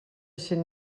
cent